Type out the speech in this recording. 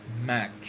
match